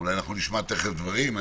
אולי נשמע תיכף דברים.